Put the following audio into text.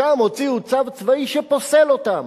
הוציאו צו צבאי שפוסל אותם,